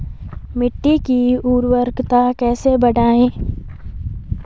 मिट्टी की उर्वरकता कैसे बढ़ायें?